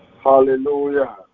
Hallelujah